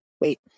Wait